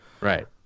Right